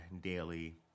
daily